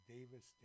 Davis